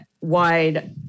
wide